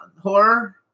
horror